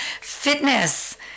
fitness